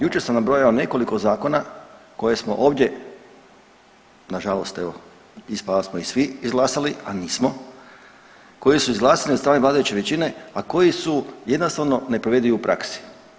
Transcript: Jučer sam nabrojao nekoliko zakona koje smo ovdje nažalost evo ispada da samo ih svi izglasali, a nismo, koji su izglasani od strane vladajuće većine, a koji su jednostavno neprovedivi u praksi.